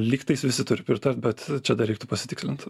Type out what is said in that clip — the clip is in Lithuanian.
lygtais visi turi pritart bet čia dar reiktų pasitikslint